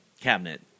Cabinet